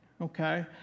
okay